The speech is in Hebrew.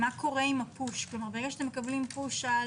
מה קורה עם הפוש - ברגע שאתם מקבלים פוש על